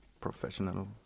professional